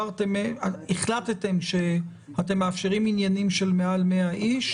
מה המשמעות?